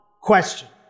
question